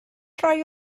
rhai